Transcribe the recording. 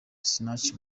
sinach